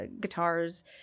guitars